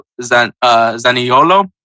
Zaniolo